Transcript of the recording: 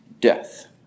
death